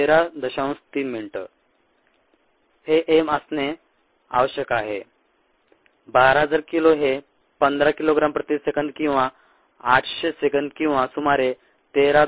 3 min हे M असणे आवश्यक आहे 12000 किलो हे 15 किलोग्राम प्रति सेकंद किंवा 800 सेकंद किंवा सुमारे 13